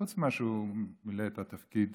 חוץ מאשר הוא מילא את התפקיד